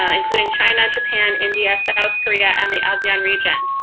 ah including china, japan, india, south korea, and the asean region?